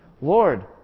Lord